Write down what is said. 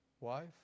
wife